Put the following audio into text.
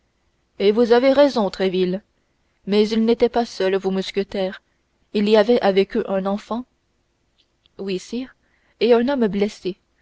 et vous avez raison tréville mais ils n'étaient pas seuls vos mousquetaires il y avait avec eux un enfant oui sire et un homme blessé